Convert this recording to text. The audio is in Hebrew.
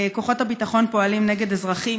כוחות הביטחון פועלים נגד אזרחים,